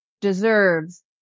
deserves